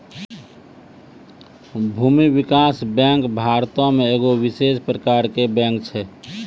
भूमि विकास बैंक भारतो मे एगो विशेष प्रकारो के बैंक छै